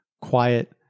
quiet